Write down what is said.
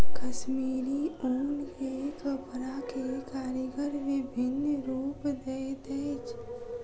कश्मीरी ऊन के कपड़ा के कारीगर विभिन्न रूप दैत अछि